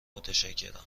متشکرم